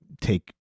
take